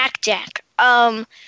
Jack-Jack